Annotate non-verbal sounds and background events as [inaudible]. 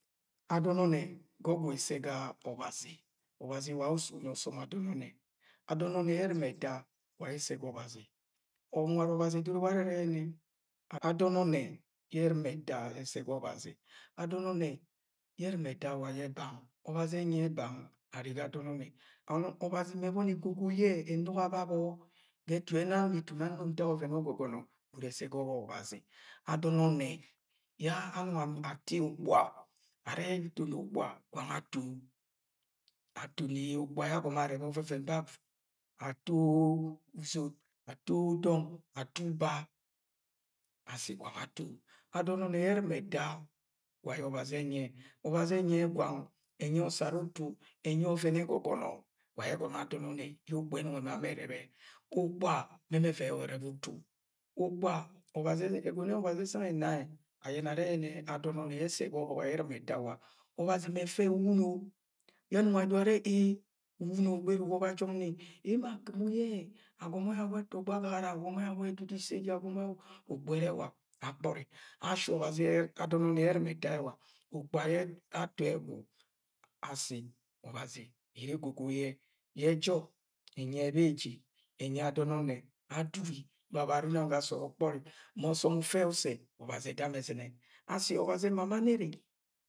Adọn ọgwu ẹsẹ ga Ọbazi. O̱bazi wa ayẹ usu unyi asọm adọn o̱nnẹ. Adọn yẹ ẹr̵ima ẹta wa yẹ ẹsẹ ga Ọbazi. Nwẹd Ọbazi edoro warẹ yẹnẹ adọn ọnnẹ yẹ ẹr̵ima ẹta ẹsẹ ga Ọbazi. Adọn ọnnẹ yẹ ẹr̵ima wa bang. Ọbazi ẹnyi e̱ bang arre ga adọn ọnnẹ. Ọbazi mẹ ẹbọni egogoi yẹ ẹnuga babọ ga ẹtu ama itun ano ntak ọvẹn ẹgọgọnọ gwud ẹsẹ ọbọk Ọbazi. Adọn ọnne yẹ anọng ato ukpuga, arẹ ntoni ukpuga gwang ato. Atoni ukpuga yẹ agọmọ arẹrẹbẹ ọvẹvẹn ba gwud. Ato uzot, ato dọng, ato uba. Ashi gwang ato. Adọn ọnnẹ yẹ ẹr̵ima ẹta wa yẹ Ọbazi enyi ẹ. Ọbazi ẹnyie gwang, enyi ẹ ọsara utu, ẹnyi ẹ ọvẹn ẹgọgọnọ. Wa ayẹ agọnọ ye ukpuga ẹnong ẹma mọ ẹrẹbẹ. Ukpuga mẹ mọ ẹvọi ẹrẹbẹ utu. Ukpuga, ẹgọnọ yẹ Ọbazi ẹsang ẹna ayẹnẹ arẹ adọn yẹ ẹsẹ ga ọbọk ẹ ẹr̵ima ẹta, Ọbazi mẹ ẹfẹ uwuno yẹ anọng adoro arẹ ee! Uwuno gberuk u wọbọ ajọk ni. Emo ak̵imo yẹ agọmọ awa etọgbọ agagara, agọmọ yẹ awa ẹdudu isẹ jẹ. Agọmọ yẹ awa, Ukpuga ẹrẹ ẹwa. Ashi Ọbazi eto adọn yẹ er̵ima ẹta wa, ukpuga yẹ ato ẹgwu ashi Obazi ere egogoi yẹ, yẹ ujọk, enyi yẹ beji, ẹnyi ẹ adọn ọnnẹ. Adugi gabọ arinang ga sọọd ọkpọri. Ma ọsọm ufẹ yẹ ọsẹ, Ọbazi ẹda mọ ẹz̵inẹ. Ashi Ọbazi ema ma nọ ẹrẹ. [noise]